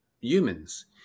humans